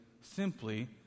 simply